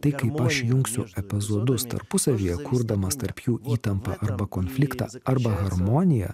tai kaip aš jungsiu epizodus tarpusavyje kurdamas tarp jų įtampą arba konfliktą arba harmoniją